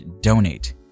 donate